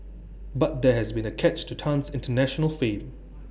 but there has been A catch to Tan's International fame